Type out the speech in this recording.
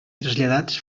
traslladats